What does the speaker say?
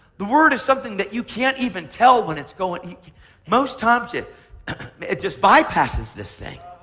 the word is something that you can't even tell when it's going most times it it just bypasses this thing.